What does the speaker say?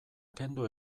kendu